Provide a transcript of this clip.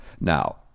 now